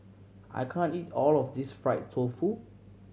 I can't eat all of this fried tofu